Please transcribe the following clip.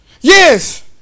Yes